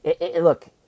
Look